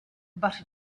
but